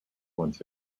once